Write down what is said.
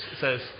says